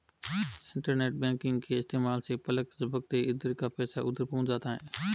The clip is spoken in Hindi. इन्टरनेट बैंकिंग के इस्तेमाल से पलक झपकते इधर का पैसा उधर पहुँच जाता है